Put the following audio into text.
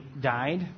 died